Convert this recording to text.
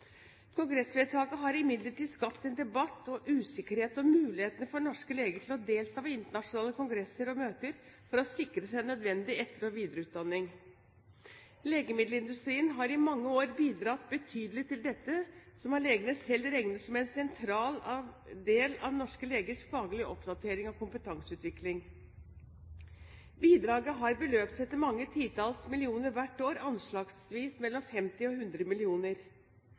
Kongressvedtaket har imidlertid skapt en debatt og usikkerhet om mulighetene for norske leger til å delta ved internasjonale kongresser og møter for å sikre seg nødvendig etter- og videreutdanning. Legemiddelindustrien har i mange år bidratt betydelig til dette, som av legene selv regnes som en sentral del av norske legers faglige oppdatering og kompetanseutvikling. Bidraget har beløpt seg til mange titalls millioner kroner hvert år, anslagsvis mellom 50 og 100